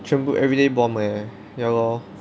全部 everyday bomb leh ya lor